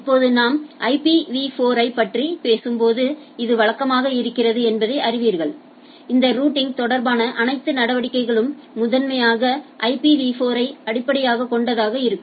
இப்போது நாம் ஐபிவி 4 ஐப் பற்றி பேசும்போது இது வழக்கமாக இருக்கிறது என்பதை அறிவீர்கள் இந்த ரூட்டிங் தொடர்பான அனைத்து நடவடிக்கைகளும் முதன்மையாக ஐபிவி 4 ஐ அடிப்படையாகக் கொண்டதாக இருக்கும்